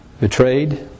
betrayed